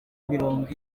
mirongo